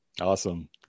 awesome